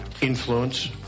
influence